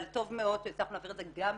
אבל טוב מאוד שהצלחנו להעביר את זה גם בטרומית,